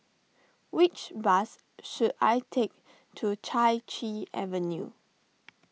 which bus should I take to Chai Chee Avenue